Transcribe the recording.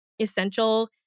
essential